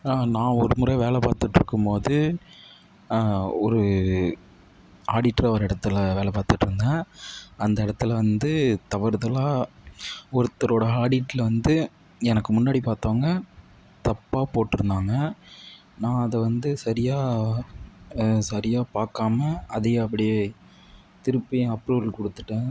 நான் ஒரு முறை வேலை பார்த்துட்ருக்கும்போது ஒரு ஆடிட்ராக ஒரு இடத்துல வேலை பார்த்துட்ருந்தேன் அந்த இடத்துல வந்து தவறுதலாக ஒருத்தரோடய ஆடிட்டில் வந்து எனக்கு முன்னாடி பார்த்தவங்க தப்பாக போட்டிருந்தாங்க நான் அதை வந்து சரியாக சரியாக பார்க்காம அதே அப்படியே திருப்பியும் அப்ரூவல் கொடுத்துட்டேன்